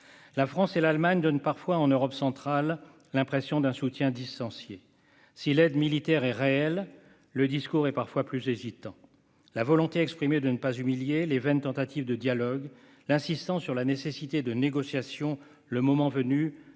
la France et l'Allemagne donnent parfois l'impression d'un soutien distancié. Si l'aide militaire est réelle, le discours est parfois plus hésitant. La volonté exprimée de ne pas humilier, les vaines tentatives de dialogue, l'insistance sur la nécessité de négociations conduites le moment venu,